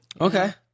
Okay